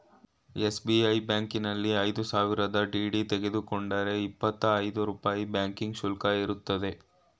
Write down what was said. SBI ಬ್ಯಾಂಕಿನಲ್ಲಿ ಐದು ಸಾವಿರ ಡಿ.ಡಿ ತೆಗೆದುಕೊಂಡರೆ ಇಪ್ಪತ್ತಾ ಐದು ರೂಪಾಯಿ ಬ್ಯಾಂಕಿಂಗ್ ಶುಲ್ಕ ಇರುತ್ತದೆ